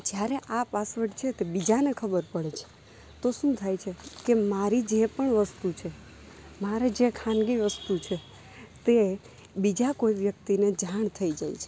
જ્યારે આ પાસવર્ડ છે તે બીજાને ખબર પડે છે તો શું થાય છે કે મારી જે પણ વસ્તુ છે મારા જે ખાનગી વસ્તુ છે તે બીજા કોઈ વ્યક્તિને જાણ થઈ જાય છે